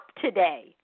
today